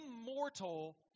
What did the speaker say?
immortal